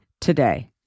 today